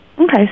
Okay